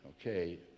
okay